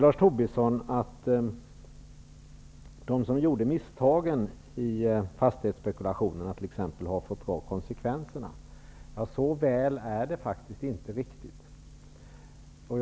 Lars Tobisson säger att de som gjorde misstagen i fastighetsspekulationerna har fått ta konsekvenserna. Det är inte riktigt så väl.